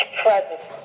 presence